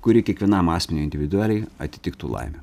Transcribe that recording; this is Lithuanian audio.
kuri kiekvienam asmeniui individualiai atitiktų laimę